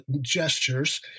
gestures